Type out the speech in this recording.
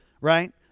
right